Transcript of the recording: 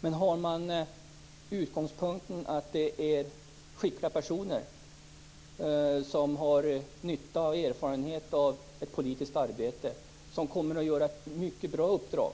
Men jag tycker att man skall ha utgångspunkten att det rör sig om skickliga personer med erfarenhet av politiskt arbete som kommer att sköta sina uppdrag mycket bra